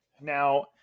Now